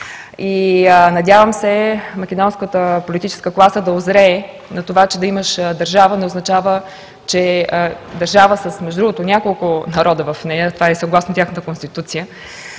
и надявам се македонската политическа класа да узрее за това, че да имаш държава, не означава, че е държава с, между другото, няколко народа в нея. Това е и съгласно тяхната Конституция.